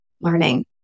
learning